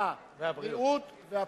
הרווחה והבריאות והפנסיה.